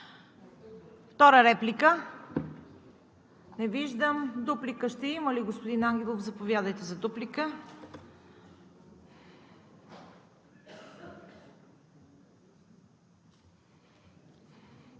Втора реплика? Не виждам. Дуплика ще има ли, господин Ангелов? Заповядайте.